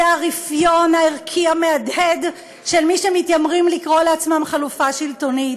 זה הרפיון הערכי המהדהד של מי שמתיימרים לקרוא לעצמם חלופה שלטונית,